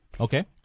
Okay